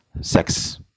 sex